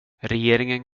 regeringen